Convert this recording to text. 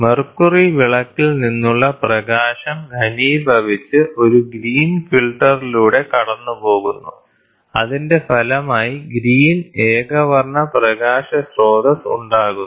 mercury വിളക്കിൽ നിന്നുള്ള പ്രകാശം ഘനീഭവിച്ച് ഒരു ഗ്രീൻ ഫിൽട്ടറിലൂടെ കടന്നുപോകുന്നു അതിന്റെ ഫലമായി ഗ്രീൻ ഏകവർണ്ണ പ്രകാശ സ്രോതസ്സ് ഉണ്ടാകുന്നു